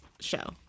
show